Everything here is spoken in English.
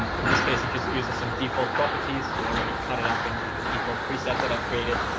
and in this case, it just uses some default properties to already cut it up in like a default preset that i've created.